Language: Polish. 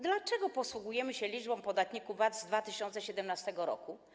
Dlaczego posługujemy się liczbą podatników VAT z 2017 r.